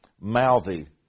mouthy